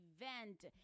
event